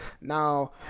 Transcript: now